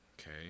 okay